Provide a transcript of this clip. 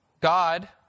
God